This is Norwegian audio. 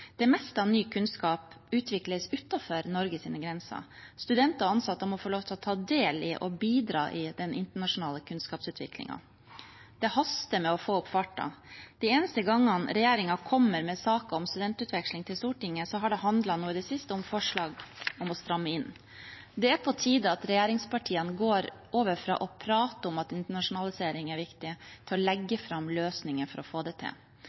Det meste av ny kunnskap utvikles utenfor Norges grenser. Studenter og ansatte må få lov til å ta del i og bidra i den internasjonale kunnskapsutviklingen. Det haster med å få opp farten. De eneste gangene regjeringen har kommet med saker om studentutveksling til Stortinget, har det i det siste handlet om forslag om å stramme inn. Det er på tide at regjeringspartiene går over fra å prate om at internasjonalisering er viktig, til å legge fram løsninger for å få det til.